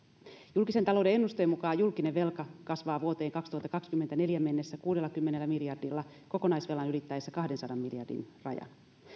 julkisen talouden ennusteen mukaan julkinen velka kasvaa vuoteen kaksituhattakaksikymmentäneljä mennessä kuudellakymmenellä miljardilla kokonaisvelan ylittäessä kahdensadan miljardin rajan